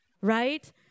Right